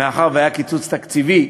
מאחר שהיה קיצוץ תקציבי,